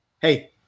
Hey